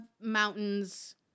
mountains